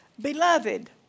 beloved